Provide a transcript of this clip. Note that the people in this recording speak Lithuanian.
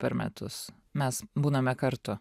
per metus mes būname kartu